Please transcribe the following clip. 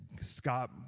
Scott